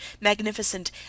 magnificent